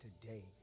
today